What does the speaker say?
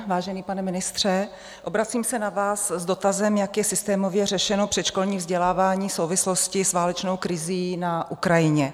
Vážený pane ministře, obracím se na vás s dotazem, jak je systémově řešeno předškolní vzdělávání v souvislosti s válečnou krizí na Ukrajině.